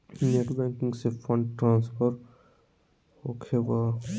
Net banking से fund transfer होखें बा?